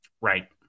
Right